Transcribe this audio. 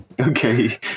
Okay